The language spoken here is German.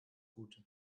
gute